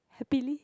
happily